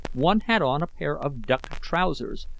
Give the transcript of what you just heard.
one had on a pair of duck trousers,